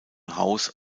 haus